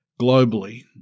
globally